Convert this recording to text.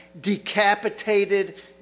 Decapitated